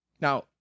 Now